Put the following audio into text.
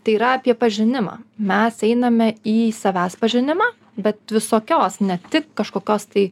tai yra apie pažinimą mes einame į savęs pažinimą bet visokios ne tik kažkokios tai